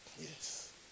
Yes